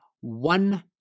one